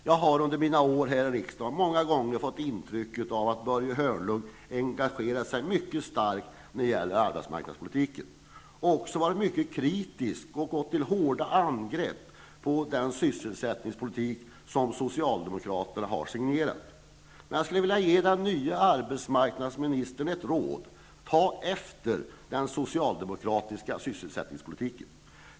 Jag har under mina år här i riksdagen många gånger fått intrycket att Börje Hörnlund engagerat sig mycket starkt när det gäller arbetsmarknadspolitiken och också varit mycket kritisk och gått till hårda angrepp på den sysselsättningspolitik som socialdemokraterna har signerat. Men jag skulle vilja ge den nye arbetsmarknadsministern ett råd: Ta efter den socialdemokratiska sysselsättningspolitiken!